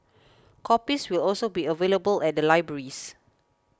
copies will also be available at the libraries